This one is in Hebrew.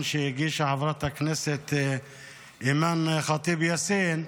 שהגישה חברת הכנסת אימאן ח'טיב יאסין,